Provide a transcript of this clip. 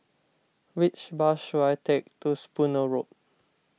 which bus should I take to Spooner Road